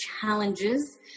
challenges